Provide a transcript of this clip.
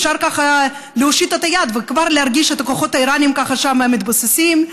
אפשר להושיט את היד וכבר להרגיש את הכוחות האיראניים שם מתבססים,